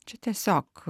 čia tiesiog